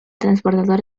transbordador